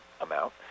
amount